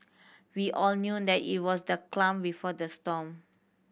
we all knew that it was the clam before the storm